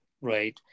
right